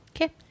Okay